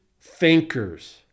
Thinkers